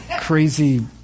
Crazy